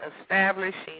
establishing